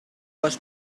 was